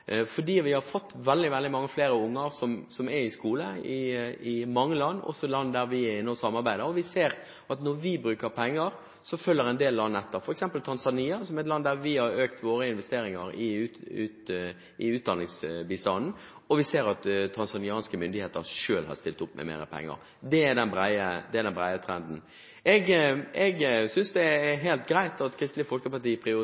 mange flere unger som er i skole i mange land, også land der vi er inne og samarbeider, og vi ser at når vi bruker penger, følger en del land etter. Et eksempel er Tanzania, hvor vi har økt våre investeringer i utdanningsbistanden, og vi har sett at tanzanianske myndigheter selv har stilt opp med mer penger. Det er den brede trenden. Jeg synes det